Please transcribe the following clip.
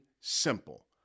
simple